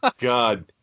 God